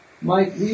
Mike